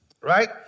right